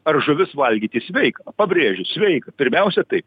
ar žuvis valgyti sveika pabrėžiu sveika pirmiausia tai